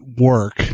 work